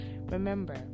Remember